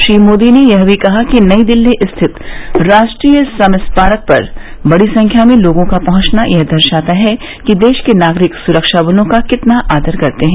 श्री मोदी ने यह भी कहा कि नई दिल्ली स्थित राष्ट्रीय समरस्मारक पर बड़ी संख्या में लोगों का पहुंचना यह दर्शाता है कि देश के नागरिक सुरक्षा बलों का कितना आदर करते हैं